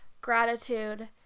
gratitude